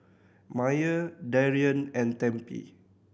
Myer Darian and Tempie